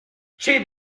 che